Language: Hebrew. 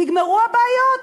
נגמרו הבעיות.